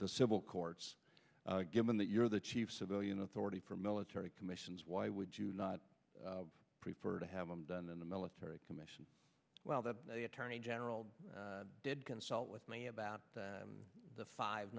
the civil courts given that you're the chief civilian authority for military commissions why would you not prefer to have them done in the military commission while the attorney general did consult with me about the five